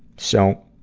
so,